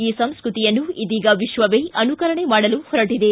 ಈ ಸಂಸ್ಕೃತಿಯನ್ನು ಇದೀಗ ವಿಶ್ವವೇ ಅನುಕರಣೆ ಮಾಡಲು ಹೊರಟದೆ